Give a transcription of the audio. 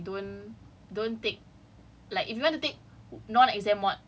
it's crazy ya that's why people always say like don't don't take